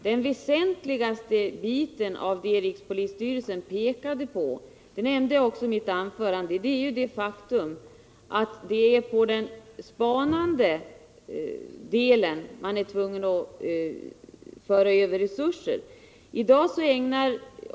Det väsentligaste är enligt rikspolisstyrelsen att spaningsområdet får bättre resurser.